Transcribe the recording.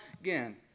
again